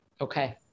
Okay